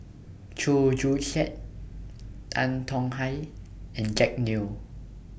Chew Joo Chiat Tan Tong Hye and Jack Neo